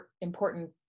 important